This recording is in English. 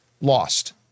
Lost